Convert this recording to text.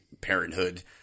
parenthood